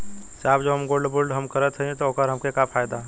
साहब जो हम गोल्ड बोंड हम करत हई त ओकर हमके का फायदा ह?